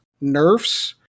nerfs